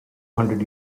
hundred